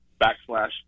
backslash